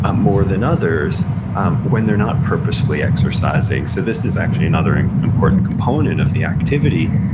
ah more than others when they're not purposefully exercising. so this is actually another and important component of the activity,